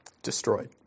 Destroyed